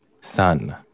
Sun